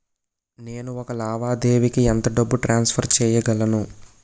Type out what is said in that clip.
నేను ఒక లావాదేవీకి ఎంత డబ్బు ట్రాన్సఫర్ చేయగలను?